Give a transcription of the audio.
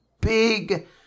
big